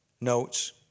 notes